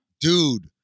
dude